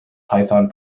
python